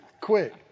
quick